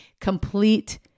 Complete